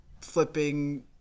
flipping